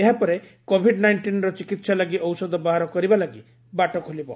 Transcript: ଏହାପରେ କୋଭିଡ୍ ନାଇଂଟିନ୍ର ଚିକିତ୍ସା ଲାଗି ଔଷଧ ବାହାର କରିବା ଲାଗି ବାଟ ଖୋଲିବ